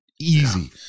Easy